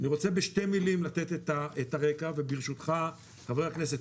אני רוצה בשתי מילים לתת את הרקע וברשותך חבר הכנסת